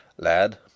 Lad